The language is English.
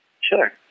Sure